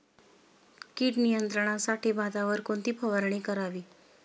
कीड नियंत्रणासाठी भातावर कोणती फवारणी करावी?